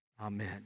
Amen